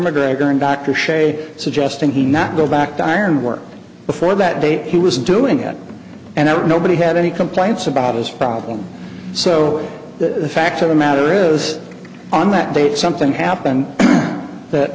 mcgregor and dr shay suggesting he not go back to iron work before that date he was doing it and nobody had any complaints about his problem so the fact of the matter is on that date something happened that